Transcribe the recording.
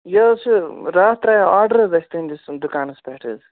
یہِ اوس یہِ راتھ ترٛایِاو آرڈَر اَسہِ تُہٕنٛدِس دُکانَس پٮ۪ٹھ حظ